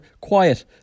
*Quiet